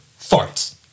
farts